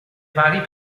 vari